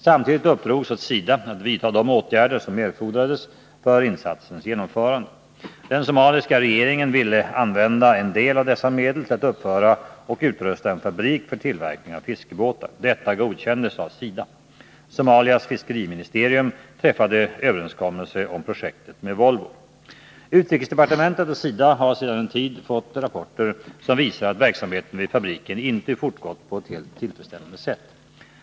Samtidigt uppdrogs åt SIDA att vidtaga de åtgärder som erfordrades för insatsens genomförande. Den somaliska regeringen ville använda en del av dessa medel till att uppföra och utrusta en fabrik för tillverkning av fiskebåtar. Detta godkändes av SIDA. Somalias fiskeministerium träffade överenskommelse om projektet med Volvo. Utrikesdepartementet och SIDA har sedan en tid fått rapporter som visar att verksamheten vid fabriken inte fortgått på ett helt tillfredsställande sätt.